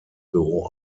büro